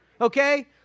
okay